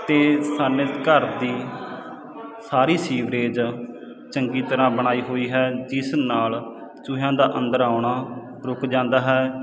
ਅਤੇ ਸਾਡੇ ਘਰ ਦੀ ਸਾਰੀ ਸੀਵਰੇਜ ਚੰਗੀ ਤਰ੍ਹਾਂ ਬਣਾਈ ਹੋਈ ਹੈ ਜਿਸ ਨਾਲ ਚੂਹਿਆਂ ਦਾ ਅੰਦਰ ਆਉਣਾ ਰੁਕ ਜਾਂਦਾ ਹੈ